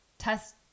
test